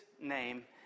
name